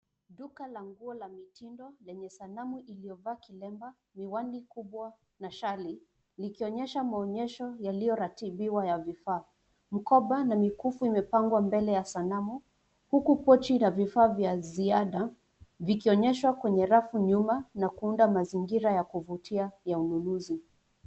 Duka la nguo la mitindo lenye sanamu iliyovaa kilemba, miwani kubwa na shali likionyesha maonyesho yaliyoratibiwa ya vifaa. Mkoba na mikufu imepangwa mbele ya sanamu huku pochi na vifaa vya ziada vikionyeshwa kwenye rafu nyuma na kuunda mazingira ya kuvutia ya ununuzi.